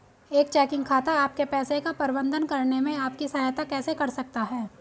एक चेकिंग खाता आपके पैसे का प्रबंधन करने में आपकी सहायता कैसे कर सकता है?